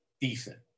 Decent